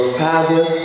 father